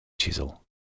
Chisel